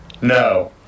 no